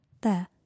There